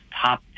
top